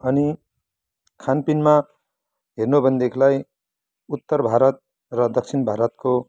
अनि खानपिनमा हेर्नुहो भनेदेखिलाई उत्तर भारत र दक्षिण भारतको